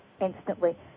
instantly